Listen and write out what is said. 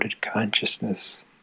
consciousness